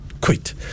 quit